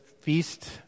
feast